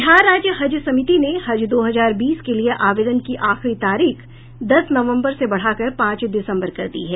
बिहार राज्य हज समिति ने हज दो हजार बीस के लिए आवेदन की आखिरी तारीख दस नवंबर से बढ़ाकर पांच दिसंबर कर दी है